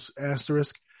asterisk